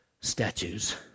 statues